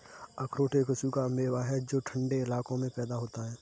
अखरोट एक सूखा मेवा है जो ठन्डे इलाकों में पैदा होता है